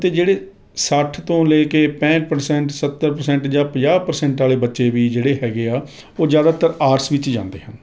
ਅਤੇ ਜਿਹੜੇ ਸੱਠ ਤੋਂ ਲੈ ਕੇ ਪੈਹੰਠ ਪ੍ਰਸੈਂਟ ਸੱਤਰ ਪ੍ਰਸੈਂਟ ਜਾਂ ਪੰਜਾਹ ਪ੍ਰਸੈਂਟ ਵਾਲੇ ਬੱਚੇ ਵੀ ਜਿਹੜੇ ਹੈਗੇ ਆ ਉਹ ਜ਼ਿਆਦਾਤਰ ਆਟਸ ਵਿੱਚ ਜਾਂਦੇ ਹਨ